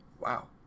Wow